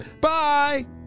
Bye